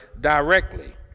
directly